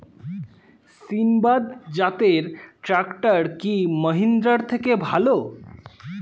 সিণবাদ জাতের ট্রাকটার কি মহিন্দ্রার থেকে ভালো?